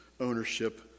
ownership